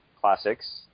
classics